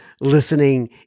listening